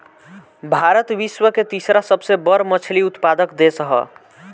भारत विश्व के तीसरा सबसे बड़ मछली उत्पादक देश ह